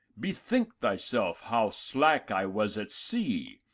bethink thy self how slack i was at sea,